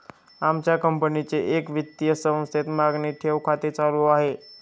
आमच्या कंपनीचे एका वित्तीय संस्थेत मागणी ठेव खाते चालू आहे